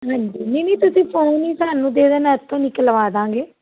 ਨਹੀਂ ਜੀ ਨਹੀਂ ਨਹੀਂ ਤੁਸੀਂ ਫੋਨ ਹੀ ਸਾਨੂੰ ਦੇ ਦੇਣਾ ਇੱਥੋਂ ਨਿਕਲਵਾ ਦਾਂਗੇ